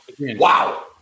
Wow